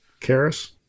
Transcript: Karis